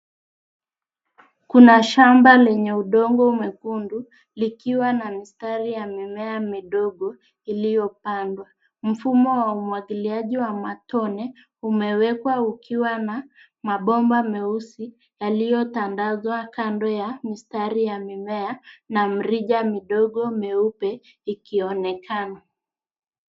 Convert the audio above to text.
Kuna shamba lenye udongo mwekundu likiwa na mistari ya mimea midogo iliyopandwa. Mfumo wa umwagiliaji wa matone umewekwa ukiwa na mabomba meusi yaliyotandazwa kando ya mistari ya mimea na mrija midogo meupe ikionekana.